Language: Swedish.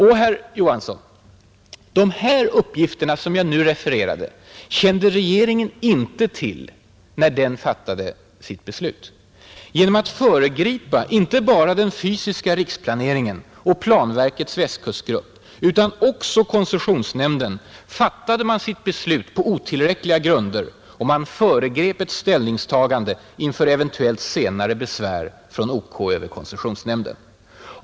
Och, herr Johansson, de uppgifter som jag nu refererat kände regeringen inte till när den fattade sitt beslut. Genom att föregripa inte bara den fysiska riksplaneringen och planverkets västkustgrupp utan också koncessionsnämnden fattade regeringen sitt beslut på otillräckliga grunder, och man föregrep ett ställningstagande inför eventuellt senare besvär från OK över koncessionsnämnden.